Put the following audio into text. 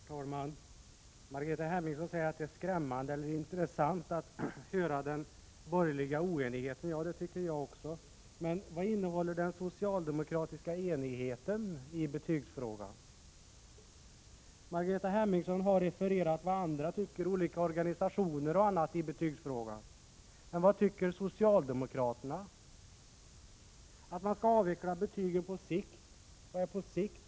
Herr talman! Margareta Hemmingsson säger att det är skrämmande eller intressant att höra den borgerliga oenigheten. Ja, det tycker jag också. Men vad innehåller den socialdemokratiska enigheten i betygsfrågan? Margareta Hemmingsson har refererat vad t.ex. olika organisationer och andra tycker i betygsfrågan. Men vad tycker socialdemokraterna? Jo, att man skall avveckla betygen på sikt. Vad innebär på sikt?